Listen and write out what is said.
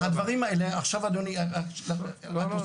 ועל הדברים האלה, עכשיו, אדוני, רק עוד משפט.